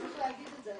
צריך להגיד את זה.